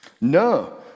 no